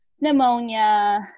pneumonia